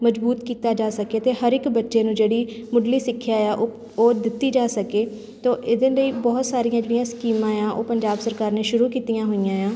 ਮਜ਼ਬੂਤ ਕੀਤਾ ਜਾ ਸਕੇ ਅਤੇ ਹਰ ਇੱਕ ਬੱਚੇ ਨੂੰ ਜਿਹੜੀ ਮੁੱਢਲੀ ਸਿੱਖਿਆ ਆ ਉ ਉਹ ਦਿੱਤੀ ਜਾ ਸਕੇ ਸੋ ਇਹਦੇ ਲਈ ਬਹੁਤ ਸਾਰੀਆਂ ਜਿਹੜੀਆਂ ਸਕੀਮਾਂ ਆ ਉਹ ਪੰਜਾਬ ਸਰਕਾਰ ਨੇ ਸ਼ੁਰੂ ਕੀਤੀਆਂ ਹੋਈਆਂ ਆ